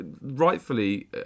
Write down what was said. rightfully